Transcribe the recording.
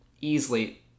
easily